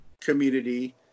community